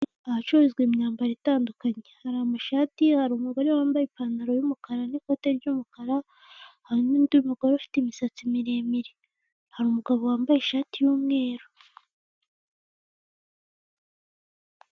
Ahacuruzwa imyambaro itandukanye, hari amashati, hari umugore wambaye ipantaro y'umukara n'ikoti ry'umukara, hari n'undi mugore ufite imisatsi miremire, hari umugabo wambaye ishati y'umweru.